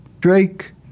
Drake